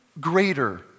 greater